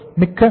மிக்க நன்றி